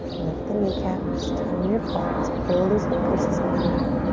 lift the kneecaps, tone your quads, pull those hip creases up and back.